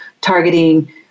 targeting